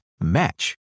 Match